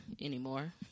anymore